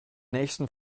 nächsten